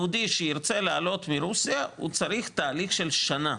יהודי שירצה לעלות מרוסיה הוא צריך תהליך של שנה,